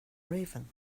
raven